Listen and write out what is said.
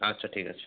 আচ্ছা ঠিক আছে